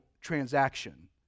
transaction